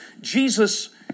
Jesus